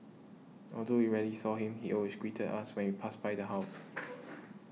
although we rarely saw him he always greeted us when we passed by the house